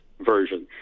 version